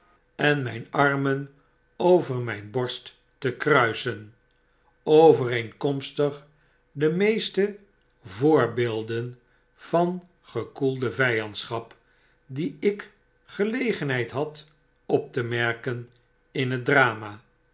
en mijn armen over myn borst te kruisen overeenkomstig de meeste voorbeelden van gekoelde vyandschap die ik gelegenheid had op te merken in het drama